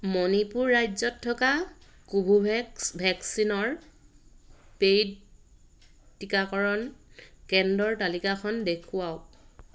মণিপুৰ ৰাজ্যত থকা কোভোভেক্স ভেকচিনৰ পে'ইড টীকাকৰণ কেন্দ্ৰৰ তালিকাখন দেখুৱাওক